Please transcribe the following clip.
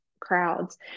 crowds